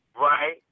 right